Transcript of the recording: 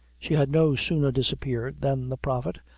she had no sooner disappeared than the prophet,